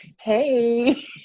hey